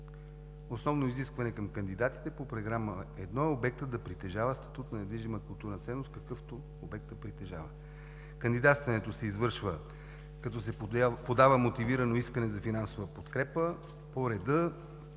Основно изискване към кандидатите по Програма 1 е обектът да притежава статут на недвижима културна ценност, какъвто обектът притежава. Кандидатстването се извършва, като се подава мотивирано искане за финансова подкрепа по реда